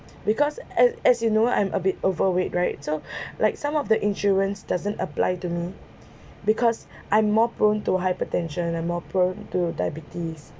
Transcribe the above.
because as as you know I'm a bit overweight right so like some of the insurance doesn't apply to me because I'm more prone to hypertension and more prone to diabetes